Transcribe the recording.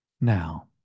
now